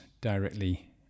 directly